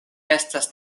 estas